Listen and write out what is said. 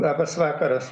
labas vakaras